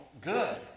Good